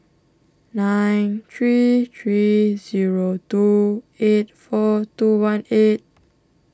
nine three three zero two eight four two one eight